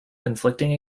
conflicting